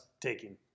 taking